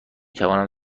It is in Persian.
توانم